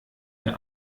der